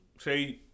say